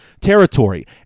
territory